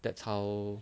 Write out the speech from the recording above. that's how